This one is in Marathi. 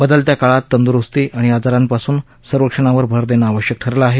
बदलत्या काळात तंदुरुस्ती आणि आजारांपासून संरक्षणावर भर देणं आवश्यक ठरलं आहे